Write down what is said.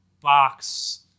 box